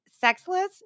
sexless